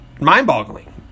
mind-boggling